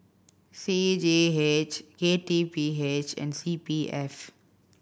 C G H K T P H and C P F